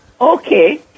Okay